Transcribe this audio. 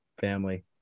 Family